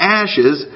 ashes